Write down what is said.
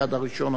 אתה מייד, הראשון.